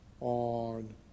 On